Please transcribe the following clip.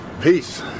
Peace